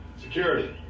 Security